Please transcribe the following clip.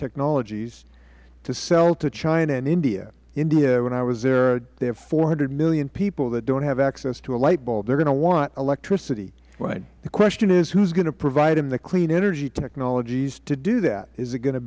technologies to sell to china and india india when i was there they have four hundred million people that don't have access to a light bulb they are going to want electricity the question is who is going to provide them the clean energy technologies to do that is it going to